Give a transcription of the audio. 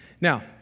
Now